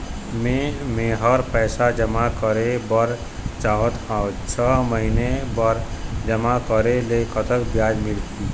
मे मेहर पैसा जमा करें बर चाहत हाव, छह महिना बर जमा करे ले कतक ब्याज मिलही?